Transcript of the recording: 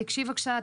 תיגשי בבקשה,